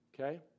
okay